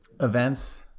events